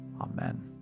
Amen